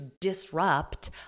disrupt